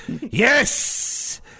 yes